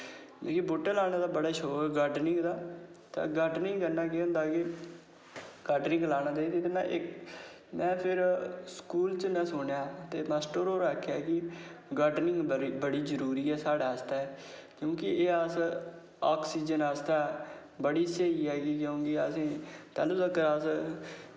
मिगी बूह्टा लानै दा शौक बड़ा गार्डनिंग दा ते गार्डनिंग कन्नै केह् में फिर स्कूल च सुनेआ ते मास्टर होर आक्खेआ की गार्डनिंग बड़ी जरूरी ऐ साढ़े आस्तै क्योंकि एह् अस ऑक्सीजन आस्तै बड़ी स्हेई ऐ की जियां अस तैलूं तगर अस